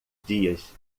dias